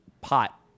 pot